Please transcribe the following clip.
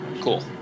Cool